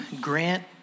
Grant